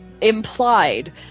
implied